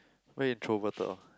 very introverted orh